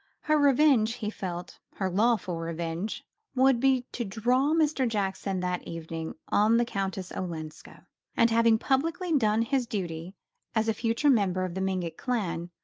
her revenge, he felt her lawful revenge would be to draw mr. jackson that evening on the countess olenska and, having publicly done his duty as a future member of the mingott clan,